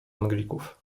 anglików